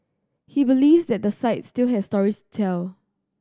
he believes that the site still has stories tell